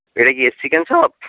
এটা কি এস চিকেন শপ